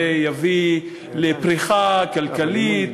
זה יביא לפריחה כלכלית,